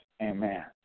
Amen